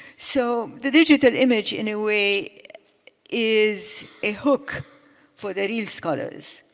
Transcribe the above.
so the digital image in a way is a hook for the real scholars.